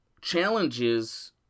challenges